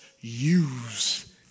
use